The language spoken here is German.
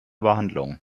behandlung